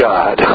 God